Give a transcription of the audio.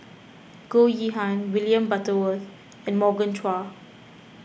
Goh Yihan William Butterworth and Morgan Chua